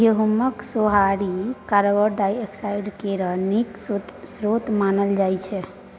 गहुँमक सोहारी कार्बोहाइड्रेट केर नीक स्रोत मानल जाइ छै